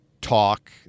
talk